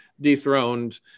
dethroned